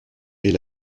est